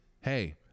Hey